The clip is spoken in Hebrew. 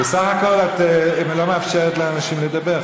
ובסך הכול את לא מאפשרת לאנשים לדבר.